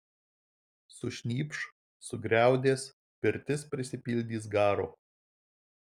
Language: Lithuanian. sušnypš sugriaudės pirtis prisipildys garo